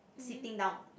sitting down